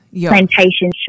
Plantation